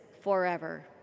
forever